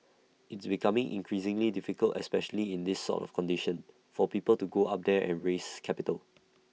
it's becoming increasingly difficult especially in these sort of conditions for people to go up there and raise capital